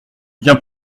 bien